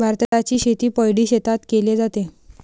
भाताची शेती पैडी शेतात केले जाते